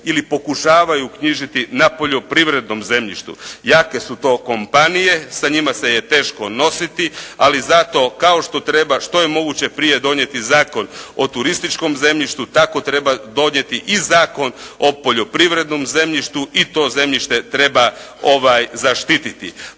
ili pokušavaju knjižiti na poljoprivrednom zemljištu. Jake su to kompanije, sa njima se je teško nositi, ali zato kao što treba što je moguće prije donijeti Zakon o turističkom zemljištu, tako treba donijeti i Zakon o poljoprivrednom zemljištu i to zemljište zaštititi.